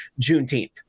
Juneteenth